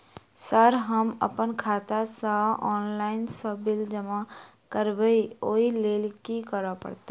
Sir हम अप्पन खाता सऽ ऑनलाइन सऽ बिल सब जमा करबैई ओई लैल की करऽ परतै?